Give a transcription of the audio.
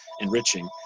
enriching